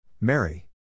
Mary